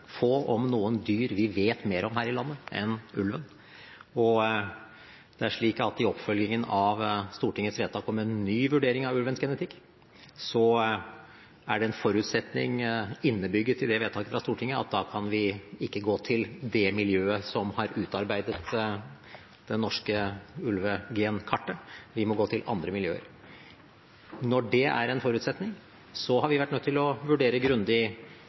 få, om noen, dyr vi vet mer om her i landet enn ulven. I oppfølgingen av Stortingets vedtak om en ny vurdering av ulvens genetikk er det en forutsetning innebygget i det vedtaket fra Stortinget at da kan vi ikke gå til det miljøet som har utarbeidet det norske ulve-genkartet. Vi må gå til andre miljøer. Når det er en forutsetning, har vi vært nødt til å vurdere grundig